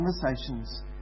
conversations